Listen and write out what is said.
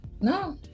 no